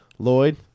Lloyd